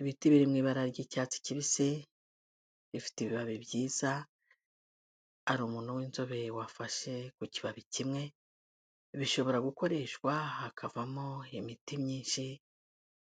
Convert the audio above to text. Ibiti birimo ibara ry'icyatsi kibisi, bifite ibibabi byiza, hari umuntu w'inzobere wafashe ku kibabi kimwe, bishobora gukoreshwa hakavamo imiti myinshi